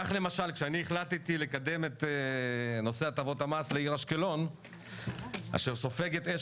כך למשל כשאני החלטתי לקדם את נושא הטבות המס לעיר אשקלון אשר סופגת אש